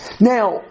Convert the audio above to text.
Now